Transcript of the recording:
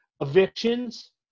evictions